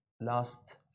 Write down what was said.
last